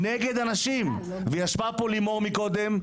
וישבה פה לימור מקודם,